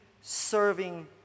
serving